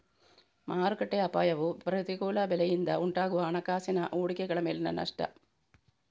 ಮಾರುಕಟ್ಟೆ ಅಪಾಯವು ಪ್ರತಿಕೂಲ ಬೆಲೆಯಿಂದ ಉಂಟಾಗುವ ಹಣಕಾಸಿನ ಹೂಡಿಕೆಗಳ ಮೇಲಿನ ನಷ್ಟ